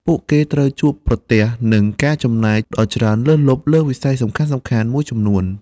ពួកគេត្រូវជួបប្រទះនឹងការចំណាយដ៏ច្រើនលើសលប់លើវិស័យសំខាន់ៗមួយចំនួន។